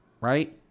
right